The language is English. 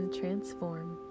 Transform